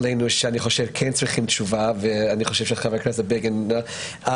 העלינו דברים שכן צריכים תשובה ואני חושב שחבר הכנסת בגין היה,